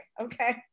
Okay